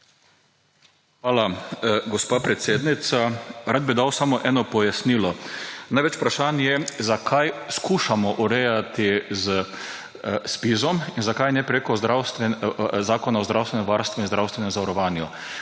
Hvala, gospa predsednica. Rad bi dal samo eno pojasnilo. Največ vprašanj je, zakaj skušamo urejati z ZPIZ in zakaj ne prek Zakona o zdravstvenem varstvu in zdravstvenem zavarovanju.